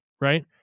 Right